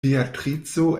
beatrico